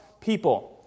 people